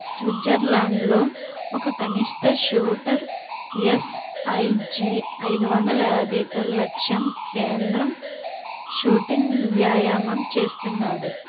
స్విట్జర్లాండ్లో ఒక కనిష్ఠ shooter SIG ఐదు వందల యాభైతో లక్ష్యం కేంద్రం షూటింగ్ వ్యాయామం చేస్తున్నాడు